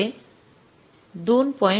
रुपये २